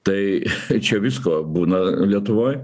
tai čia visko būna lietuvoj